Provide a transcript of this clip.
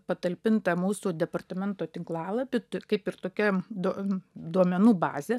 patalpinta mūsų departamento tinklalapy kaip ir tokia duo duomenų bazė